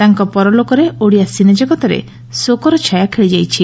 ତାଙ୍କ ପରଲୋକରେ ଓଡ଼ିଆ ସିନେଜଗତରେ ଶୋକର ଛାୟା ଖେଳିଯାଇଛି